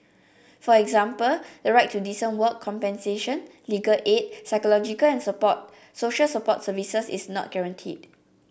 for example the right to decent work compensation legal aid psychological and support social support services is not guaranteed